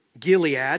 Gilead